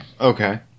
Okay